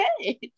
okay